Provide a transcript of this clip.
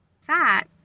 Fat